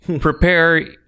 Prepare